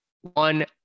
One